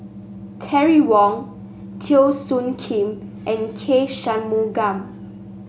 Terry Wong Teo Soon Kim and K Shanmugam